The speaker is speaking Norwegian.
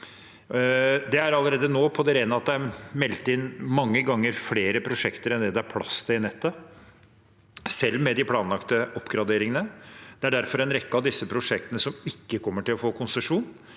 Det er allerede nå på det rene at det er meldt inn mange ganger flere prosjekter enn det det er plass til i nettet, selv med de planlagte oppgraderingene. Det er derfor en rekke av disse prosjektene som ikke kommer til å få konsesjon.